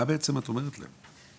מה בעצם את אומרת להם?